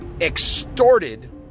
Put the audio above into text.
extorted